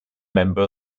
member